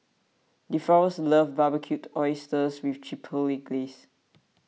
Deforest loves Barbecued Oysters with Chipotle Glaze